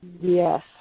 Yes